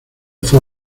fue